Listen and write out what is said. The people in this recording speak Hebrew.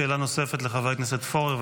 שאלה נוספת לחבר הכנסת פורר,